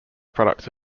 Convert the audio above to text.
products